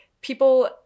people